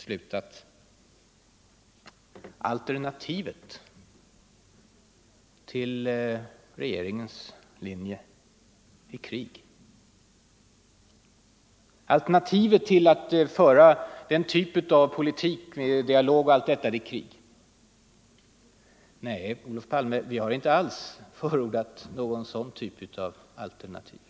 Statsministern säger att alternativet till regeringens linje är krig. Nej, Olof Palme, vi har inte alls förordat någon sådan typ av alternativ.